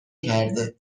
کرده